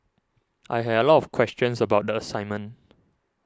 I had a lot of questions about the assignment